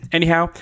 Anyhow